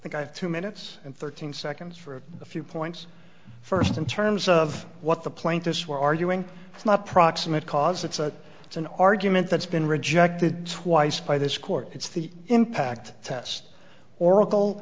think i have two minutes and thirteen seconds for a few points first in terms of what the plaintiffs were arguing it's not proximate cause it's a it's an argument that's been rejected twice by this court it's the impact test or